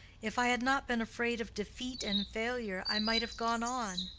if i had not been afraid of defeat and failure, i might have gone on.